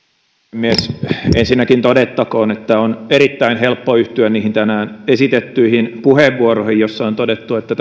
puhemies ensinnäkin todettakoon että on erittäin helppo yhtyä niihin tänään esitettyihin puheenvuoroihin joissa on todettu että